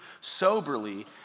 soberly